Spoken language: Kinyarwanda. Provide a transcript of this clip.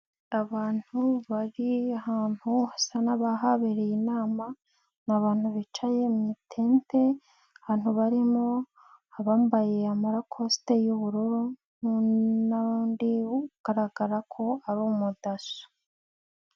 Abantu bari ahantu hasa n'abahabereye inama, ni abantu bicaye mu tente, abantu barimo abambaye amakasike y'ubururu n'ndi ugaragara ko ari umudaso.